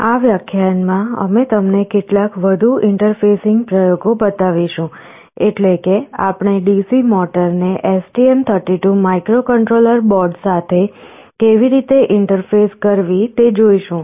આ વ્યાખ્યાનમાં અમે તમને કેટલાક વધુ ઇન્ટરફેસીંગ પ્રયોગો બતાવીશું એટલે કે આપણે DC મોટરને STM32 માઇક્રોકન્ટ્રોલર બોર્ડ સાથે કેવી રીતે ઇંટરફેસ કરવી તે જોઈશું